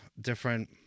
different